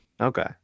Okay